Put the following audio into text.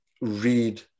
read